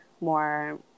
more